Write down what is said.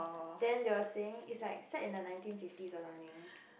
then they were saying is like set in the nineteen fifties or something